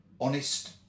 honest